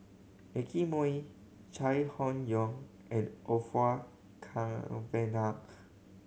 Nicky Moey Chai Hon Yoong and Orfeur Cavenagh